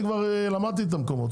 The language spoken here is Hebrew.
אני כבר למדתי את המקומות,